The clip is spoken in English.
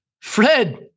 Fred